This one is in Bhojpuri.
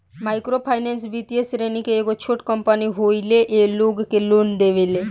माइक्रो फाइनेंस वित्तीय श्रेणी के एगो छोट कम्पनी होले इ लोग के लोन देवेले